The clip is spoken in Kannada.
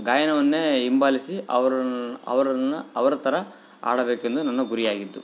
ಗಾಯನವನ್ನೇ ಹಿಂಬಾಲಿಸಿ ಅವ್ರನ್ನ ಅವ್ರನ್ನು ಅವರ ಥರ ಹಾಡಬೇಕೆಂದು ನನ್ನ ಗುರಿಯಾಗಿದ್ದು